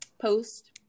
post